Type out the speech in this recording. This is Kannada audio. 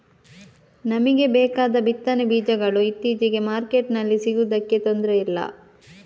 ನಮಿಗೆ ಬೇಕಾದ ಬಿತ್ತನೆ ಬೀಜಗಳು ಇತ್ತೀಚೆಗೆ ಮಾರ್ಕೆಟಿನಲ್ಲಿ ಸಿಗುದಕ್ಕೆ ತೊಂದ್ರೆ ಇಲ್ಲ